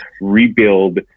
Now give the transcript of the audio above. rebuild